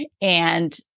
And-